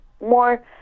more